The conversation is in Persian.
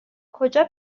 کجا